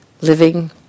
living